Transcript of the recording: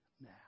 now